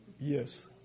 Yes